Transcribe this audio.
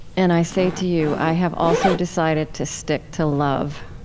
and i say to you, i have also decided to stick to love,